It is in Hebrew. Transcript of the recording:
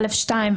א2,